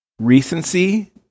recency